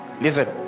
listen